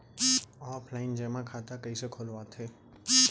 Offline जेमा खाता कइसे खोलवाथे?